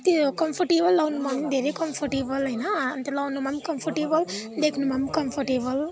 त्यो कम्फरटेबल लाउनुमा नि धेरै कम्फरटेबल होइन अन्त लाउनुमा नि कम्फरटेबल देख्नुमा नि कम्परटेबल